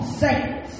saints